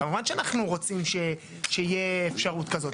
כמובן שאנחנו רוצים שתהיה אפשרות כזאת.